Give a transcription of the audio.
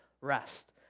rest